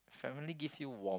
family gives you warmth